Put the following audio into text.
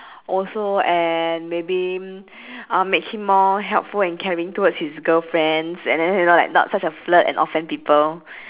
also and maybe uh make him more helpful and caring towards his girlfriends and then you know like not such a flirt and offend people